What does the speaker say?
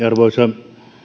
arvoisa